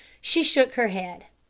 she shook her head.